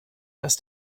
dass